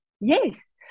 Yes